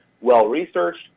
well-researched